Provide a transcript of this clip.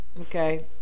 Okay